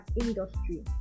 industry